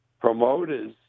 promoters